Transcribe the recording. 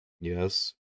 Yes